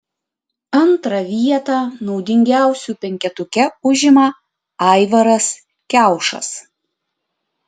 antrą vietą naudingiausių penketuke užima aivaras kiaušas